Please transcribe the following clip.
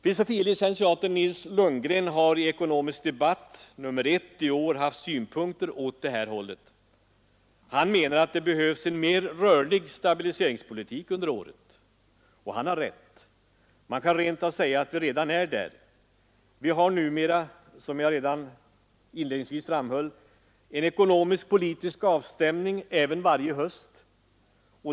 Filosofie licentiaten Nils Lundgren har i Ekonomisk debatt nr 1 i år anfört synpunkter på detta. Han menar att det behövs en mer rörlig stabiliseringspolitik under året, och han har rätt. Man kan rent av säga att vi redan är där, Vi har numera, som jag redan inledningsvis framhöll, en ekonomisk-politisk avstämning även varje höst.